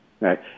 right